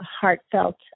heartfelt